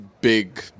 big